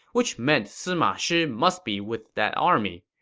which meant sima shi must be with that army.